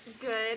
Good